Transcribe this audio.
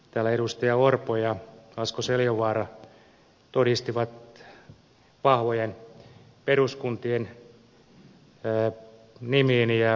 täällä edustajat orpo ja asko seljavaara todistivat vahvojen peruskuntien nimiin ja ed